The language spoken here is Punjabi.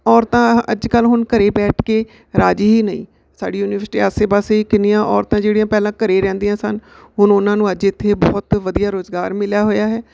ਔਰਤਾਂ ਅੱਜ ਕੱਲ੍ਹ ਹੁਣ ਘਰ ਬੈਠ ਕੇ ਰਾਜ਼ੀ ਹੀ ਨਹੀਂ ਸਾਡੀ ਯੂਨੀਵਰਸਿਟੀ ਆਸੇ ਪਾਸੇ ਹੀ ਕਿੰਨੀਆਂ ਔਰਤਾਂ ਜਿਹੜੀਆਂ ਪਹਿਲਾਂ ਘਰੇ ਰਹਿੰਦੀਆਂ ਸਨ ਹੁਣ ਉਹਨਾਂ ਨੂੰ ਅੱਜ ਇੱਥੇ ਬਹੁਤ ਵਧੀਆ ਰੁਜ਼ਗਾਰ ਮਿਲਿਆ ਹੋਇਆ ਹੈ